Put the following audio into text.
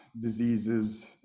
diseases